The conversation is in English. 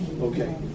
Okay